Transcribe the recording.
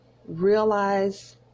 realize